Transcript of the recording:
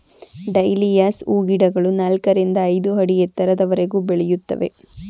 dahlias ಹೂಗಿಡಗಳು ನಾಲ್ಕರಿಂದ ಐದು ಅಡಿ ಎತ್ತರದವರೆಗೂ ಬೆಳೆಯುತ್ತವೆ